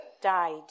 died